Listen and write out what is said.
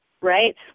right